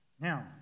Now